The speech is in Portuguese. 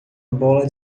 bola